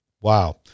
Wow